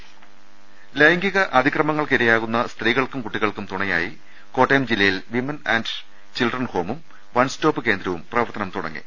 രുട്ട്ട്ട്ട്ട്ട്ട്ട ലൈംഗിക അതിക്രമങ്ങൾക്ക് ഇരയാകുന്ന സ്ത്രീകൾക്കും കുട്ടികൾക്കും തുണയായി കോട്ടയം ജില്ലയിൽ വിമൻ ആന്റ് ചിൽഡ്രൻ ഹോമും വൺ സ്റ്റോപ്പ് കേന്ദ്രവും പ്രവർത്തനം തുടങ്ങി